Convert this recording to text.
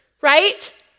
right